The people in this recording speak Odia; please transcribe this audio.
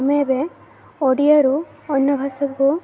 ଆମେ ଏବେ ଓଡ଼ିଆରୁ ଅନ୍ୟ ଭାଷାକୁ